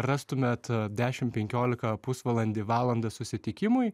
rastumėt dešim penkiolika pusvalandį valandą susitikimui